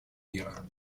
мира